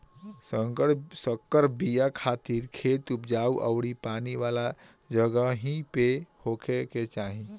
संकर बिया खातिर खेत उपजाऊ अउरी पानी वाला जगही पे होखे के चाही